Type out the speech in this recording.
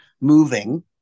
moving